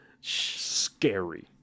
Scary